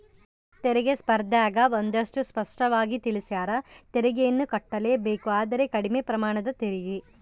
ತೆರಿಗೆ ಸ್ಪರ್ದ್ಯಗ ಒಂದಷ್ಟು ಸ್ಪಷ್ಟವಾಗಿ ತಿಳಿಸ್ಯಾರ, ತೆರಿಗೆಯನ್ನು ಕಟ್ಟಲೇಬೇಕು ಆದರೆ ಕಡಿಮೆ ಪ್ರಮಾಣದ ತೆರಿಗೆ